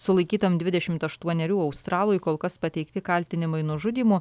sulaikytam dvidešimt aštuonerių australui kol kas pateikti kaltinimai nužudymu